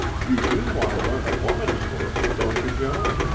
you do want to learn a woman's work, don't you, joan?